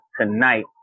tonight